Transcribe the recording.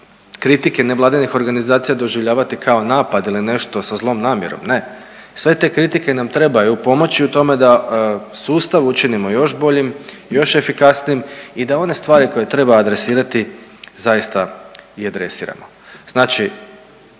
kritike nevladinih organizacija doživljavati kao napad na nešto sa zlom namjernom, ne, sve te kritike nam trebaju pomoći u tome da sustav učinimo još boljim, još efikasnijim i da one stvari koje treba adresirati zaista i adresiramo. Znači